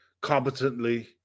competently